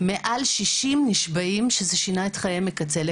מעל 60 נשבעים שזה שינה את חייהם מקצה לקצה.